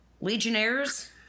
Legionnaires